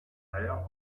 eier